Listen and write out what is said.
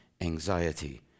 anxiety